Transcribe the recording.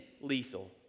lethal